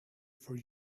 for